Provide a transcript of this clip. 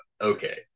Okay